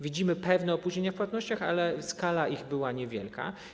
Widzimy pewne opóźnienia w płatnościach, ale skala ich była niewielka.